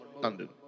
London